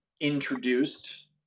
introduced